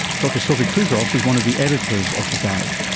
dr sophie couzos is one of the editors of the guide.